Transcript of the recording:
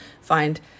find